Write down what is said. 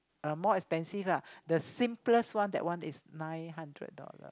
uh more expensive lah the simplest one that one is nine hundred dollar